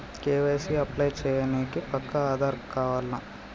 KYC apply చేయనీకి పక్కా ఆధార్ కావాల్నా?